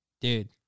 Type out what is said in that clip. dude